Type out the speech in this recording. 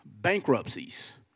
bankruptcies